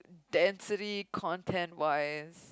density content wise